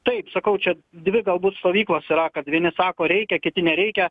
taip sakau čia dvi galbūt stovyklos yra kad vieni sako reikia kiti nereikia